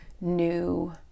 new